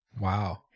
Wow